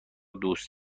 دوست